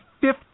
fifth